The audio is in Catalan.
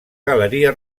galeria